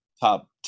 top